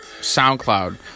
SoundCloud